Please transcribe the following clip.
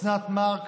אוסנת מארק,